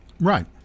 right